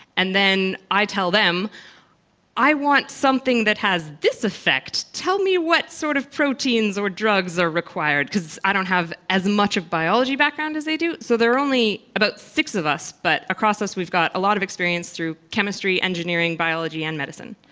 and then i tell them i want something that has this effect, tell me what sort of proteins or drugs are required. because i don't have as much of a biology background as they do. so there are only about six of us but across us we've got a lot of experience through chemistry, engineering, biology and medicine.